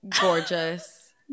Gorgeous